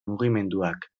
mugimenduak